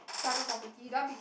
private property don't want B_T_O